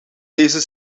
deze